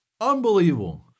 Unbelievable